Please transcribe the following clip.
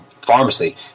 pharmacy